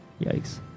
Yikes